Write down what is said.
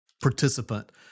participant